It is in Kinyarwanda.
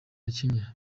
kenya